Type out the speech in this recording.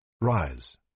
Rise